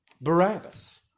Barabbas